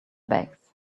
bags